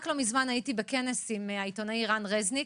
רק לא מזמן הייתי בכנס עם העיתונאי רן רזניק.